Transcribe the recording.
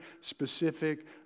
specific